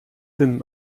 denn